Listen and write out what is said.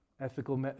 ethical